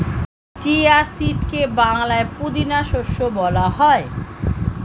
chia সিডকে বাংলায় পুদিনা শস্য বলা হয়